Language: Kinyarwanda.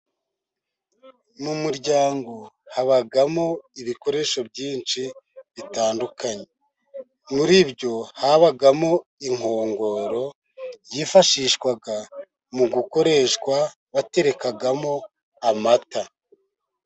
Mu muryango, habamo ibikoresho byinshi bitandukanye, muri byo habagamo inkongoro, yifashishwaga mu gukoreshwa, baterekamo amata.